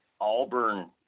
Auburn